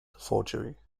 forgery